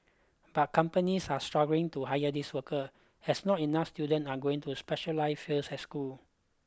but companies are struggling to hire these worker as not enough student are going to specialized fields at school